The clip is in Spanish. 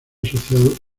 asociado